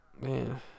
Man